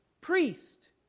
priest